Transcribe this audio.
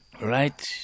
Right